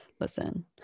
Listen